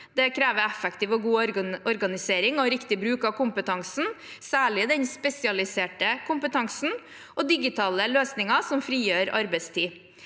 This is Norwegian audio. i tjenesten, effektiv og god organisering, riktig bruk av kompetansen, særlig den spesialiserte kompetansen, og digitale løsninger som frigjør arbeidstid.